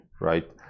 right